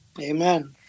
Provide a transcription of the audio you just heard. Amen